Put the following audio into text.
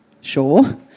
sure